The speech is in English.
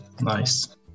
nice